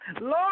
Lord